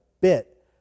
bit